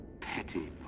petty